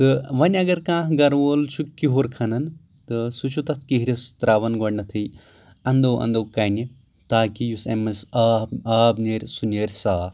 تہٕ وۄنۍ اَگر کانٛہہ گَرٕ وول چھُ کیُہُر کھنان تہٕ سُہ چھُ تَتھ کِہرِس ترٛاوان گۄڈٕنٮ۪تھٕے اَنٛدو اَنٛدو کَنہِ تاکہِ یُس اَمہِ منٛز آب آب نیرِ سُہ نیرِ صاف